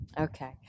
Okay